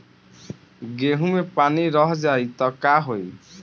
गेंहू मे पानी रह जाई त का होई?